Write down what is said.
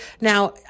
Now